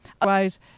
Otherwise